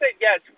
yes